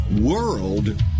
world